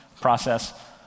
process